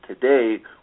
today